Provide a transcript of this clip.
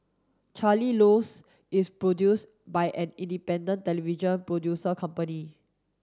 Charlie Rose is produced by an independent television producer company